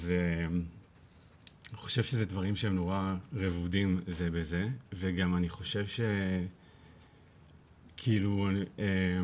אז אני חושב שזה דברים שהם נורא רדודים וגם אני חושב שאם כצמה